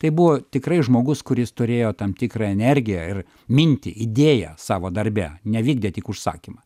tai buvo tikrai žmogus kuris turėjo tam tikrą energiją ir mintį idėją savo darbe nevykdė tik užsakymą